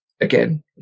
again